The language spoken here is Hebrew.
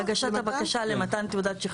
הגשת הבקשה למתן תעודת שחרור.